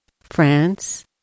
France